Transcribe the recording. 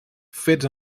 fets